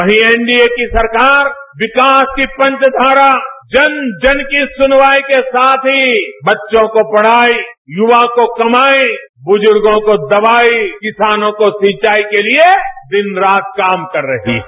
वहीं एनडीए की सरकार विकास की पंचधारा जन जन की सुनवाई के साथ ही बच्चों को पढ़ाई युवाओं को कमाई बुजुर्गों को दवाई किसानों को सिंचाई के लिए दिन रात काम कर रही है